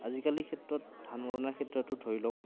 আজিকালিৰ ক্ষেত্ৰত ধান মৰণাৰ ক্ষেত্ৰতো ধৰি লওক